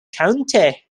county